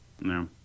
no